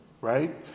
right